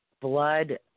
blood